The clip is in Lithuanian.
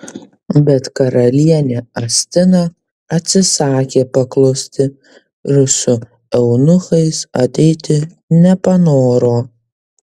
bet karalienė astina atsisakė paklusti ir su eunuchais ateiti nepanoro